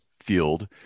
field